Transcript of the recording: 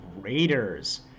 Raiders